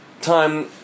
time